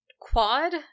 quad